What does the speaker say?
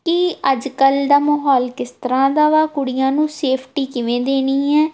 ਕਿ ਅੱਜ ਕੱਲ੍ਹ ਦਾ ਮਾਹੌਲ ਕਿਸ ਤਰ੍ਹਾਂ ਦਾ ਵਾ ਕੁੜੀਆਂ ਨੂੰ ਸੇਫਟੀ ਕਿਵੇਂ ਦੇਣੀ ਹੈ